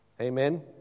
Amen